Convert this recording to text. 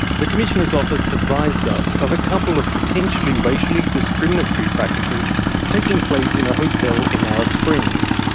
the commissioner's office advised us of a couple of potentially racially discriminatory practices taking place in a hotel in alice springs.